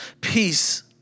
Peace